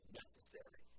necessary